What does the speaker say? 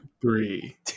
Three